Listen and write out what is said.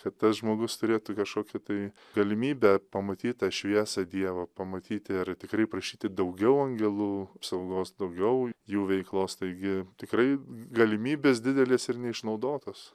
kad tas žmogus turėtų kašokį tai galimybę pamatyt tą šviesą dievo pamatyti ir tikrai prašyti daugiau angelų saugos daugiau jų veiklos taigi tikrai galimybės didelis ir neišnaudotos